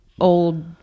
old